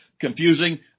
confusing